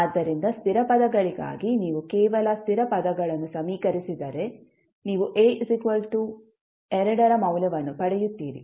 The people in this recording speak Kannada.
ಆದ್ದರಿಂದ ಸ್ಥಿರ ಪದಗಳಿಗಾಗಿ ನೀವು ಕೇವಲ ಸ್ಥಿರ ಪದಗಳನ್ನು ಸಮೀಕರಿಸಿದರೆ ನೀವು A 2 ರ ಮೌಲ್ಯವನ್ನು ಪಡೆಯುತ್ತೀರಿ